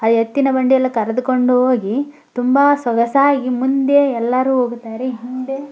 ಆ ಎತ್ತಿನ ಬಂಡಿಯಲ್ಲಿ ಕರೆದುಕೊಂಡು ಹೋಗಿ ತುಂಬ ಸೊಗಸಾಗಿ ಮುಂದೆ ಎಲ್ಲರೂ ಹೋಗುತ್ತಾರೆ ಹಿಂದೆ